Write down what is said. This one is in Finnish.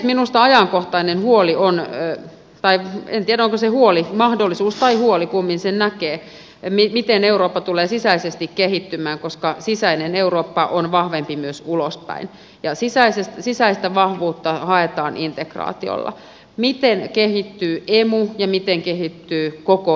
minusta ajankohtainen huoli on tai en tiedä onko se huoli mahdollisuus tai huoli kummin sen näkee miten eurooppa tulee sisäisesti kehittymään koska sisäinen eurooppa on vahvempi myös ulospäin ja sisäistä vahvuutta haetaan integraatiolla miten kehittyy emu ja miten kehittyy koko eu